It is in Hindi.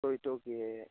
कोई टोल फ्री है